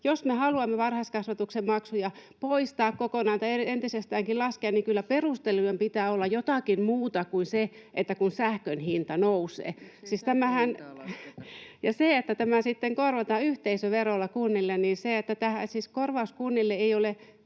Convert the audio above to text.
Jos me haluamme varhaiskasvatuksen maksuja poistaa kokonaan tai entisestäänkin laskea, niin kyllä perustelujen pitää olla jotakin muuta kuin se, että sähkön hinta nousee. [Mari Rantanen: Miksei sähkön hintaa lasketa?] Ja vaikka tämä sitten korvataan yhteisöverolla kunnille, niin korvauksesta kunnille ei ole